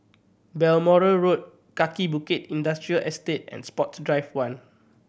Balmoral Road Kaki Bukit Industrial Estate and Sports Drive One